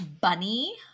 Bunny